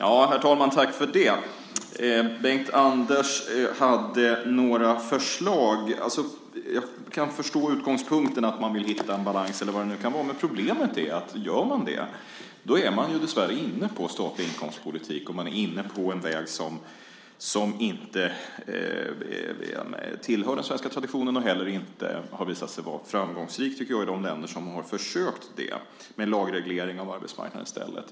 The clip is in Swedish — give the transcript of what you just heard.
Herr talman! Bengt-Anders hade några förslag. Jag kan förstå utgångspunkten, att man vill hitta en balans, eller vad det nu kan vara. Men problemet är att om man gör det är man dessvärre inne på statlig inkomstpolitik, och man är inne på en väg som inte tillhör den svenska traditionen och heller inte har visat sig vara framgångsrik, tycker jag, i de länder som har försökt med lagreglering av arbetsmarknaden i stället.